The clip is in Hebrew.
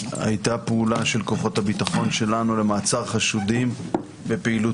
היתה פעולה של כוחות הביטחון שלנו למעצר חשודים בפעילות